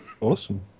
Awesome